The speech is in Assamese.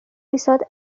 পিছত